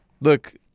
Look